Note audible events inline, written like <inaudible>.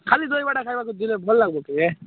ଖାଲି ଦହିବରା ଖାଇବାକୁ <unintelligible> ଭଲ ଲାଗୁଛିରେ